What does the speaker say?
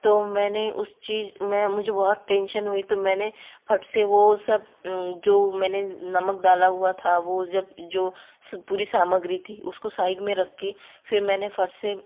तो मैंने उस चीज में मुझे बहुत टेंशन हुई तो मैं मैंने फट से वो जो मैंने नमक डाला हुआ था वो जब जो पूरी सामग्री थी उसको साइड में रख के फिर मैंने फट से